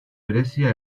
berezia